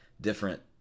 different